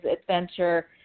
adventure